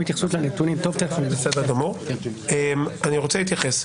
אני רוצה להתייחס.